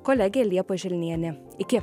kolegė liepa želnienė iki